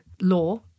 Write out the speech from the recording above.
law